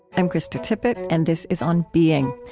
i'm krista tippett, and this is on being.